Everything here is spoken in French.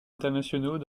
internationaux